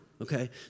Okay